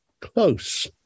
close